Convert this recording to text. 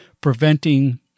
preventing